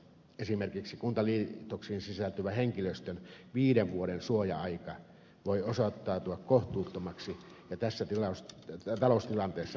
esimerkiksi kuntaliitoksiin sisältyvä henkilöstön viiden vuoden suoja aika voi osoittautua kohtuuttomaksi ja tässä taloustilanteessa vaikeaksi toteuttaa